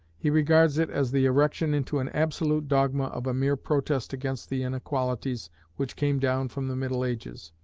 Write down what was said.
he regards it as the erection into an absolute dogma of a mere protest against the inequalities which came down from the middle ages,